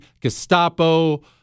Gestapo